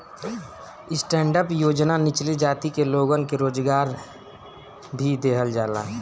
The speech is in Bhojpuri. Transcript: स्टैंडडप योजना निचली जाति के लोगन के रोजगार भी देहल जाला